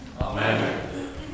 Amen